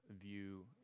view